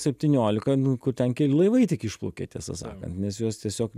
septyniolika nu kur ten keli laivai tik išplaukė tiesą sakant nes juos tiesiog